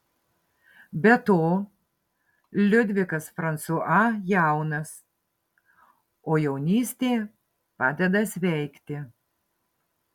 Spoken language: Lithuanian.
be to liudvikas fransua jaunas o jaunystė padeda sveikti